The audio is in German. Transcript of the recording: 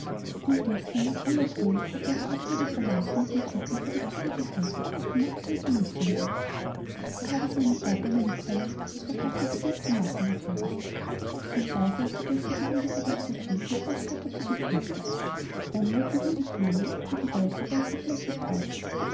und gestern in aller frühe hatte er verabredetermaßen mit dem schlitten vor der thüre gehalten um margarete mitzunehmen er habe seinem vater eine mitteilung über das verpachtete gut zu machen hatte er gesagt und da sei es die beste gelegenheit auch für sie den großpapa zu begrüßen dann waren sie hingeflogen über die weite weiße fläche draußen